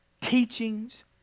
teachings